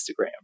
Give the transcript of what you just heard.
Instagram